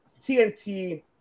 TNT